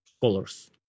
colors